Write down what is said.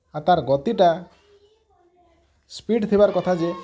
ଆଉ ତାର୍ ଗତିଟା ସ୍ପିଡ଼୍ ଥିବାର୍ କଥା ଯେ